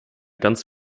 ganz